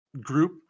group